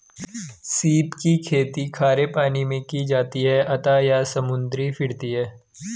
सीप की खेती खारे पानी मैं की जाती है अतः यह समुद्री फिरती है